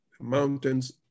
mountains